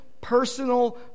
personal